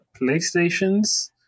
Playstations